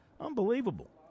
Unbelievable